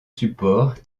supports